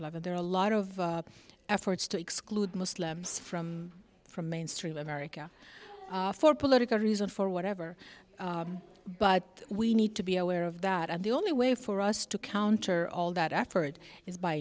eleventh there are a lot of efforts to exclude muslims from from mainstream america for political reason for whatever but we need to be aware of that and the only way for us to counter all that effort is by